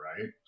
right